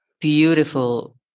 beautiful